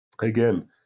again